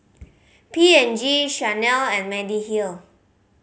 P and G Chanel and Mediheal